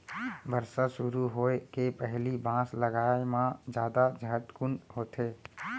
बरसा सुरू होए के पहिली बांस लगाए म जादा झटकुन होथे